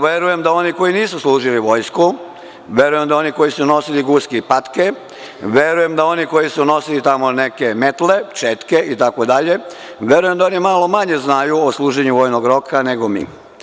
Verujem da oni koji nisu služili vojsku, verujem da oni koji su nosili guske i patke, verujem da oni koji su nosili tamo neke metle, četke i tako dalje, verujem da oni malo manje znaju o služenju vojnog roka nego mi.